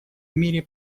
мире